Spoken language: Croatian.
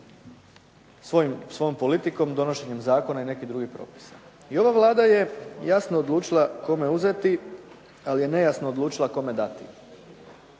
svojom politikom i donošenjem zakona i nekih drugih propisa. I ova Vlada je jasno odlučila kome uzeti, ali je nejasno odlučila kome dati.